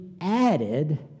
added